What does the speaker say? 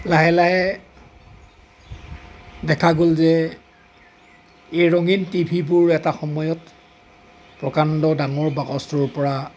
লাহে লাহে দেখা গ'ল যে এই ৰঙীন টিভিবোৰ এটা সময়ত প্ৰকাণ্ড ডাঙৰ বাকচটোৰ পৰা